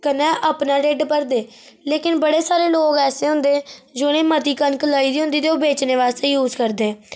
कन्ने अपना ढिड्ड भरदे लेकिन बड़े सारे लोग ऐसे हुंदे जिनें मती कनक लाई दी हुंदी ते ओह् बेचने आस्तै यूज करदे